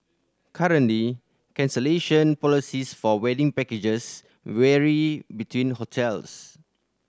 currently cancellation policies for wedding packages vary between hotels